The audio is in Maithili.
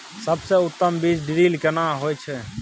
सबसे उत्तम बीज ड्रिल केना होए छै?